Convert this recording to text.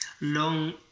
long